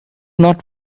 not